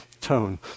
tone